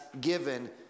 given